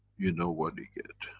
you know what you get,